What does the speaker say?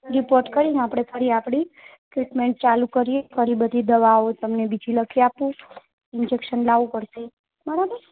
report કરીને આપણે ફરી આપણી ટ્રીટમેન્ટ ચાલું કરીએ ફરી બધી દવાઓ તમને બીજી લખી આપું ઇન્જેક્શન લાવવું પડશે બરાબર